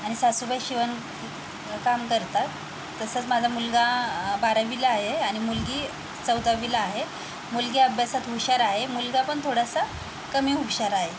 आणि सासूबाई शिवणकाम करतात तसंच माझा मुलगा बारावीला आहे आणि मुलगी चौदावीला आहे मुलगी अभ्यासात हुशार आहे मुलगा पण थोडासा कमी हुशार आहे